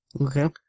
Okay